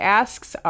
asks